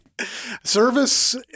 Service